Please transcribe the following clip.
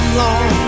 long